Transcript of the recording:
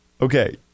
Okay